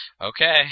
Okay